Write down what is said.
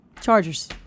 Chargers